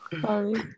Sorry